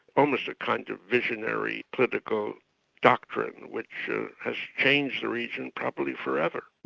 almost a kind of visionary political doctrine, which has changed the region probably forever.